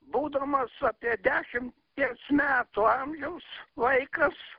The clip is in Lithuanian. būdamas apie dešimties metų amžiaus vaikas